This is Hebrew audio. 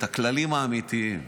את הכללים האמיתיים.